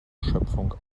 schöpfung